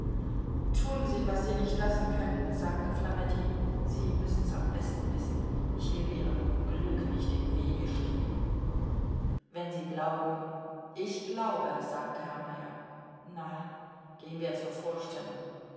tun sie was sie nicht lassen können sagte flametti sie müssen's am besten wissen ich will ihrem glück nicht im wege stehen wenn sie glauben ich glaube sagte meyer na gehen wir zur vorstellung